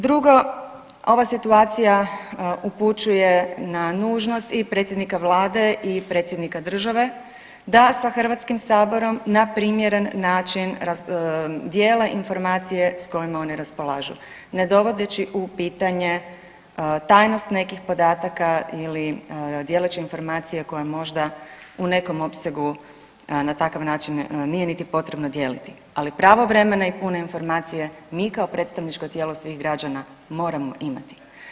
Drugo, ova situacija upućuje na nužnost i predsjednika Vlade i predsjednika države da sa HS-om na primjeren način dijele informacije s kojima oni raspolažu, ne dovodeći u pitanje tajnost nekih podataka ili dijeleći informacije koje možda u nekom opsegu na takav način nije niti potrebno dijeliti, ali pravovremene i pune informacije mi kao predstavničko tijelo svih građana moramo imati.